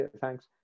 thanks